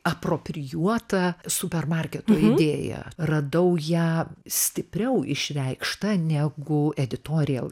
aproprijuotą super marketo idėją radau ją stipriau išreikštą negu editorial